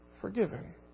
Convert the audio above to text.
forgiven